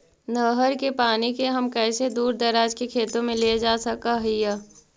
नहर के पानी के हम कैसे दुर दराज के खेतों में ले जा सक हिय?